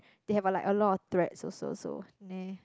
they have like a lot of threats also so nah